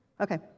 Okay